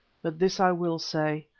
but this i will say,